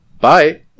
bye